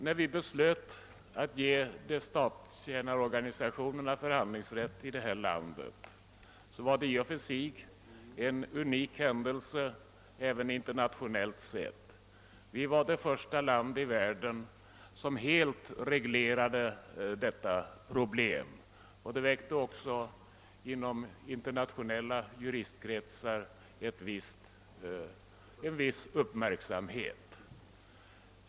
När vi beslöt ge statstjänarorganisationerna förhandlingsrätt här i landet var detta i och för sig en unik händelse, även internationellt sett. Sverige var det första land i världen som helt reglerade detta problem, och det väckte också en viss uppmärksamhet i internationella juristkretsar.